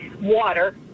water